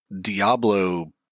Diablo